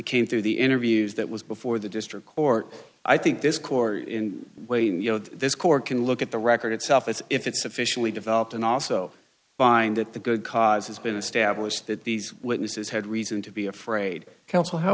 came through the interviews that was before the district court i think this quarter in wayne you know this court can look at the record itself as if it's officially developed and also find that the good cause has been established that these witnesses had reason to be afraid c